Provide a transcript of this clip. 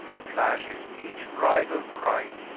flashes each bridle bright,